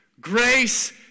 grace